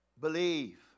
believe